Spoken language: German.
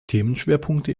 themenschwerpunkte